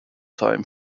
time